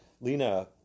lena